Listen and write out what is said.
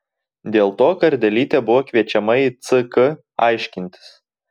dėl to kardelytė buvo kviečiama į ck aiškintis